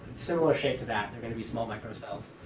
similar shape to that. they're going to be small micro cells.